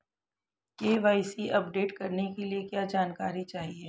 KYC update करने के लिए क्या जानकारी चाहिए?